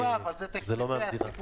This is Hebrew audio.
הלוואה, אבל זה תקציב מהציבור.